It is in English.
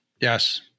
Yes